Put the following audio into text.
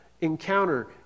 encounter